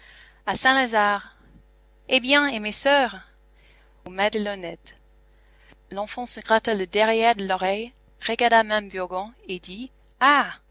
à saint-lazare eh bien et mes soeurs aux madelonnettes l'enfant se gratta le derrière de l'oreille regarda mame burgon et dit ah